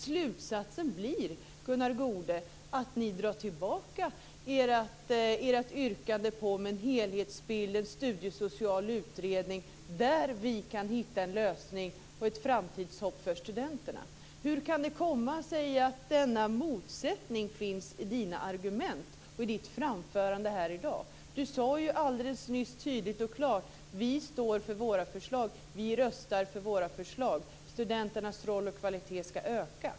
Slutsatsen blir att ni drar tillbaka ert yrkande om en helhetsbild genom en studiesocial utredning, där vi kan hitta en lösning och ett framtidshopp för studenterna! Hur kan denna motsättning mellan de argument du har framfört och ditt yrkande komma sig? Du sade ju alldeles nyss tydligt och klart: Vi står för våra förslag. Vi röstar för våra förslag. Studenternas roll och kvalitet skall öka.